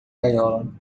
gaiola